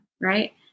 right